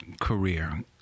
career